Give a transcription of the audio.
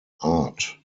art